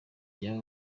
by’aba